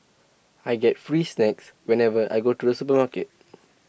I get free snacks whenever I go to the supermarket